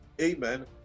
amen